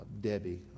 Debbie